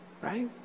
right